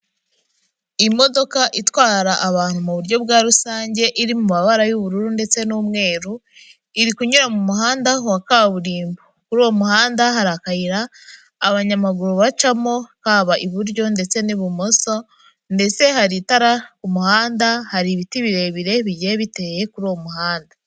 Imodoka itwara abantu mu buryo bwa rusange, iri mu mabara y'ubururu ndetse n'umweru, iri kunyura mu muhanda wa kaburimbo. Muri uwo muhanda hari akayira abanyamaguru bacamo haba iburyo ndetse n'ibumoso, ndetse hari itara ku muhanda, hari ibiti birebire bigiye biteye kuri uwo muhanda.